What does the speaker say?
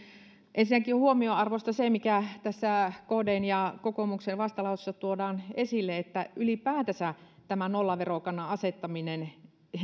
ensinnäkin on huomionarvoista se mikä tässä kdn ja kokoomuksen vastalauseessa tuodaan esille että ylipäätänsä nollaverokannan asettaminen